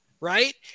right